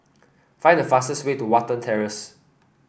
find the fastest way to Watten Terrace